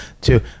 two